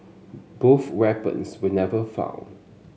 both weapons were never found